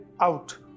out